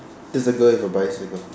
it's a girl with a bicycle